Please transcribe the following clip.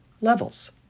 levels